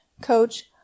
coach